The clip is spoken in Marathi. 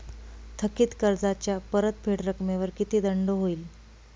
थकीत कर्जाच्या परतफेड रकमेवर किती दंड होईल?